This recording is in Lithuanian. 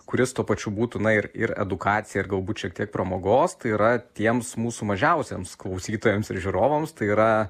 kuris tuo pačiu būtų na ir ir edukacija ir galbūt šiek tiek pramogos tai yra tiems mūsų mažiausiems klausytojams ir žiūrovams tai yra